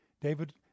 David